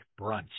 brunch